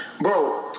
bro